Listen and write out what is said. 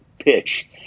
pitch